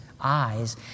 eyes